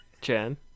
Jen